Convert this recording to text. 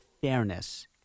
fairness